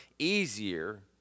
easier